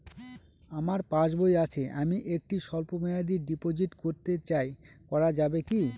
আমার পাসবই আছে আমি একটি স্বল্পমেয়াদি ডিপোজিট করতে চাই করা যাবে কি?